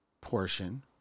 portion